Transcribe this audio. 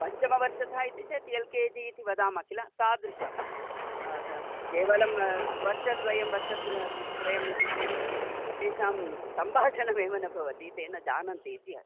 पञ्चमवर्षदा इति चेत् L K G इति वदामः किल तादृशं केवलं वर्षद्वयं वर्षत्रयं त्रयम् इति चेत् तेषां सम्भाषणमेव न भवति तेन जानन्ति इति अस्ति